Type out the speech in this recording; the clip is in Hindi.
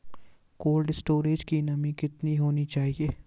कोल्ड स्टोरेज की नमी कितनी होनी चाहिए?